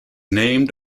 named